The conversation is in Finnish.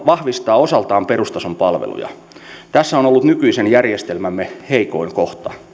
vahvistaa osaltaan perustason palveluja tässä on ollut nykyisen järjestelmämme heikoin kohta